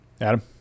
Adam